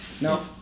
No